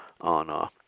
on